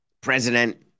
president